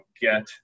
get